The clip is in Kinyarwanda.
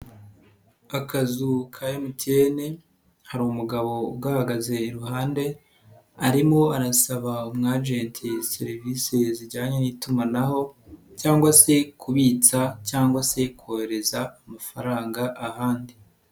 Akazu ka MTN hari umugabo ugahagaze iruhande arimo arasaba umwajenti serivisi zijyanye n'itumanaho cyangwa se kubitsa cyangwa se kohereza amafaranga ahandi.